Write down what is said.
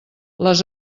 les